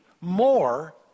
more